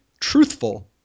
truthful